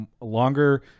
longer